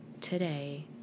today